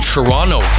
Toronto